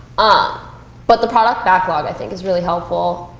ah but the product backlog, i think, is really helpful.